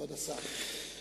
כבוד השר.